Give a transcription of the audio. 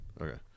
Okay